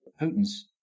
Putin's